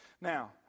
Now